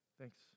Thanks